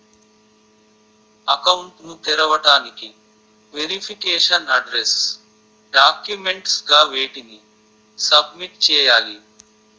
Account ను తెరవటానికి verification address documents గా వేటిని సబ్మిట్ చేయాలి?